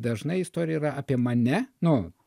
dažnai istorija yra apie mane nu